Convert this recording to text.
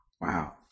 wow